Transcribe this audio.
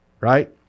right